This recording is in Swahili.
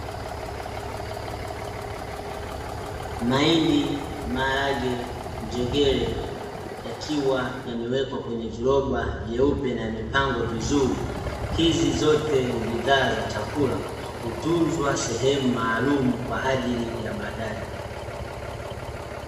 Mahindi, maharage, njegere yakiwa yamewekwa kwenye viroba vyeupe na yamepangwa vizuri. Hizi zote ni bidhaa za chakula hutunzwa sehemu maalumu kwa ajili ya baadae.